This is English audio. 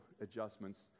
adjustments